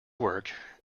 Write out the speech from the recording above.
work